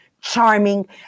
charming